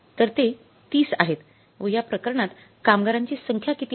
तर ते ३० आहेत व या प्रकरणात कामगारांची सांख्य किती आहे